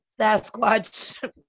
Sasquatch